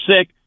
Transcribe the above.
sick